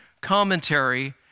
commentary